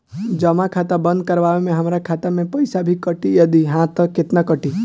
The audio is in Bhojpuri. जमा खाता बंद करवावे मे हमरा खाता से पईसा भी कटी यदि हा त केतना कटी?